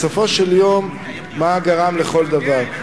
בסופו של יום מה גרם לכל דבר.